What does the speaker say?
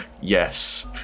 Yes